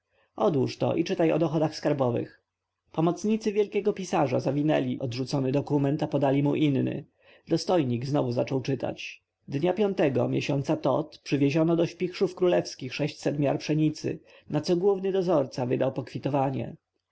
odłóż to i czytaj o dochodach skarbowych pomocnicy wielkiego pisarza zwinęli odrzucony dokument a podali mu inny dostojnik znowu zaczął czytać dnia piątego miesiąca tot przywieziono do śpichrzów królewskich sześćset miar pszenicy na co główny dozorca wydał pokwitowanie